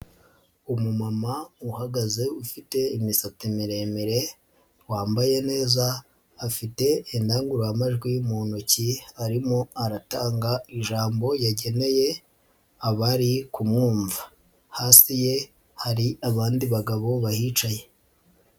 Umumama uhagaze ufite imisatsi miremire wambaye neza afite indangururamajwi mu ntoki arimo aratanga ijambo yageneye abari kumwumva, hasi ye hari abandi bagabo bahicaye.